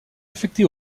affecté